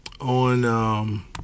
on